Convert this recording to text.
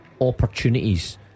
opportunities